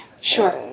Sure